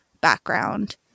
background